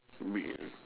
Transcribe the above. real